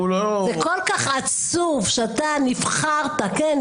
זה כל כך עצוב שאתה נבחרת כן,